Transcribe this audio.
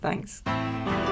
Thanks